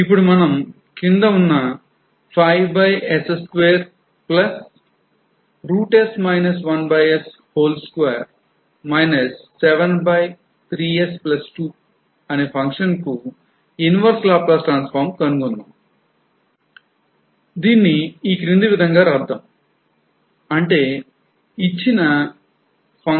ఇప్పుడు మనం క్రింది ఉన్నfunction కు inverse Laplace transform కనుగొందాం